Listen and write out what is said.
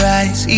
eyes